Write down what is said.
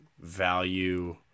value